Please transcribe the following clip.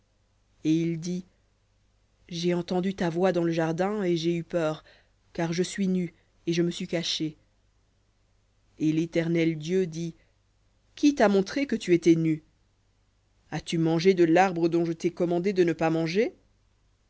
et il dit j'ai entendu ta voix dans le jardin et j'ai eu peur car je suis nu et je me suis caché et l'éternel dieu dit qui t'a montré que tu étais nu as-tu mangé de l'arbre dont je t'ai commandé de ne pas manger